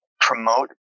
promote